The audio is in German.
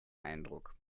eindruck